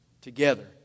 together